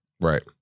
Right